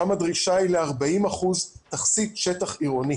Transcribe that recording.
ושם הדרישה היא ל-40 אחוזים שטח עירוני.